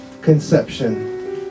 conception